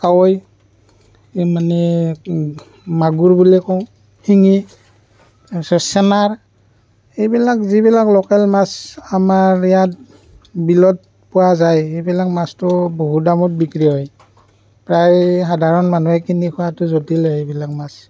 কাৱৈ এই মানে মাগুৰ বুলি কওঁ শিঙি তাৰপিছত চেনাৰ এইবিলাক যিবিলাক লোকেল মাছ আমাৰ ইয়াত বিলত পোৱা যায় সেইবিলাক মাছতো বহুত দামত বিক্ৰী হয় প্ৰায় সাধাৰণ মানুহে কিনি খোৱাতো জটিলেই এইবিলাক মাছ